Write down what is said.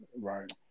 Right